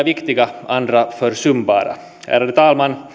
viktiga andra försumbara ärade talman